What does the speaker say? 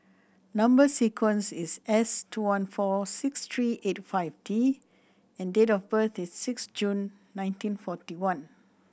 number sequence is S two one four six three eight five D and date of birth is six June nineteen forty one